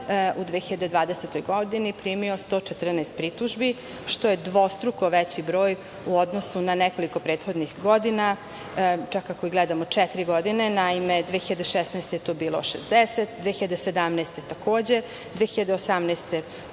u 2020. godini primio 114 pritužbi, što je dvostruko veći broj u odnosu na nekoliko prethodnih godina, čak ako gledamo četiri godine. Naime, 2016. godine je to bilo 60, 2017. godine takođe, 2018.